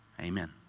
amen